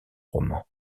roman